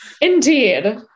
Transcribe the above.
Indeed